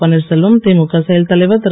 பன்வீர்செல்வம் திமுக செயல்தலைவர் திரு